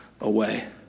away